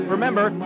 Remember